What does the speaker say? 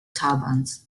turbans